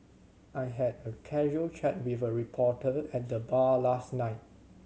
I had a casual chat with a reporter at the bar last night